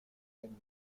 janine